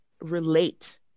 relate